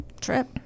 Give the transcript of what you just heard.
trip